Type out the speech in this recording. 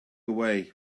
away